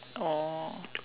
oh